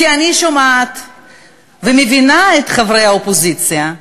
אני שומעת ומבינה את חברי האופוזיציה,